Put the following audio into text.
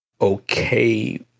okay